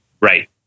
Right